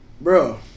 Bro